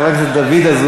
כולם כבר עייפים.